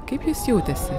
kaip jis jautėsi